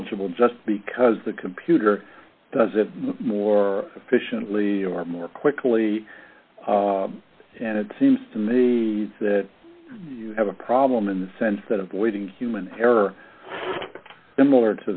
eligible just because the computer does it more efficiently or more quickly and it seems to have a problem in the sense that avoiding human error similar